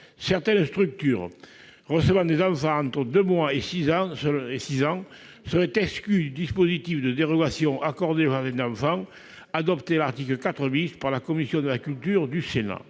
Certaines structures recevant des enfants entre deux mois et six ans seraient exclues du dispositif de dérogation accordé aux jardins d'enfants, adopté à l'article 4 par la commission de la culture du Sénat.